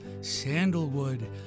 sandalwood